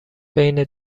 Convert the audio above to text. بین